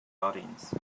audience